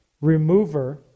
remover